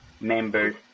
members